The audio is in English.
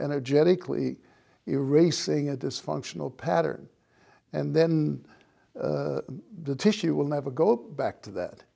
energetically erasing a dysfunctional pattern and then the tissue will never go back to that